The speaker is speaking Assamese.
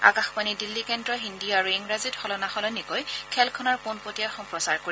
আকাশবাণী দিল্লী কেন্দ্ৰই হিন্দী আৰু ইংৰাজীত সলনা সলনিকৈ খেলখনৰ পোনপটীয়া সম্প্ৰচাৰ কৰিব